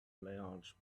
large